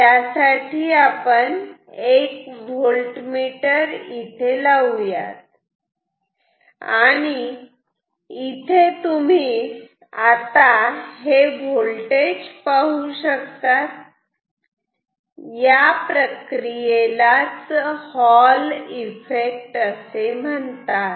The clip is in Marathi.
त्यासाठी एक वोल्टमीटर लावूयात आणि इथे तुम्ही हे होलटेज पाहू शकतात आणि या प्रक्रियेला हॉल इफेक्ट असे म्हणतात